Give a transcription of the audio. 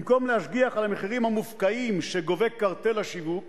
במקום להשגיח על המחירים המופקעים שגובה קרטל השיווק